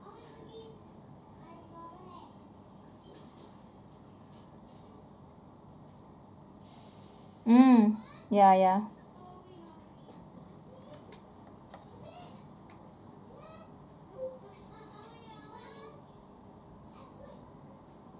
mm ya ya